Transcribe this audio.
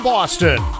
Boston